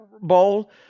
Bowl